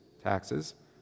taxes